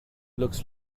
looks